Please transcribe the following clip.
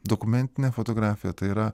dokumentinė fotografija tai yra